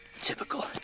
Typical